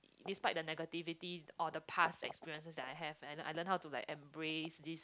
despite the negativity or the past experiences that I have I I learn how to like embrace this